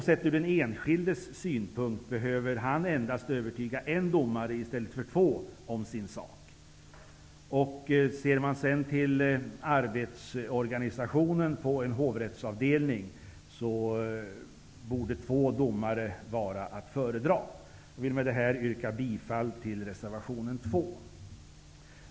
Sett ur den enskildes synpunkt är det en fördel att han behöver övertyga endast en domare i stället för två för sin sak. Även med hänsyn till arbetsorganisationen på en hovrättsavdelning borde två domare vara att föredra. Jag vill med detta yrka bifall till reservation 2.